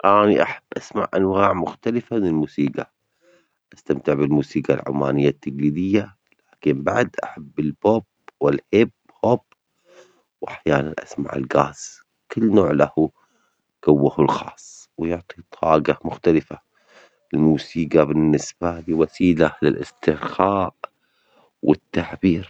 آي أحب أسمع أنواع مختلفة من الموسيجى، أستمتع بالموسيجى التجريدية العمانية، كيف بعد أحب البوب والهيب هوب، وأحيانًا أسمع الجاز، كل نوع له جوه الخاص ويعطي طاجة مختلفة، الموسيجى بالنسبة لي وسيلة للاسترخاء والتعبير.